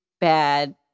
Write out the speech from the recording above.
bad